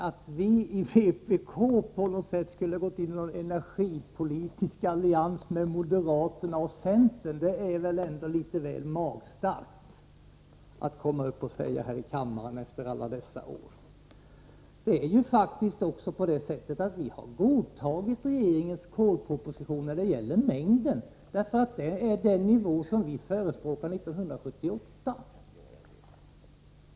Att vi i vpk på något sätt skulle ha ingått någon energipolitisk allians med moderaterna och centern, är väl ändå litet väl magstarkt att påstå här i kammaren efter alla dessa år. Vi har faktiskt godtagit regeringens kolproposition beträffande mängden kol, för det är den nivå som vi förespråkade 1978.